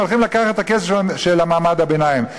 הם הולכים לקחת את הכסף של מעמד הביניים.